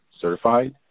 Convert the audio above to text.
certified